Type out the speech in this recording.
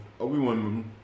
Obi-Wan